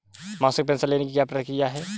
मासिक पेंशन लेने की क्या प्रक्रिया है?